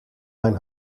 mijn